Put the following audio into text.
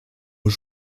aux